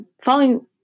following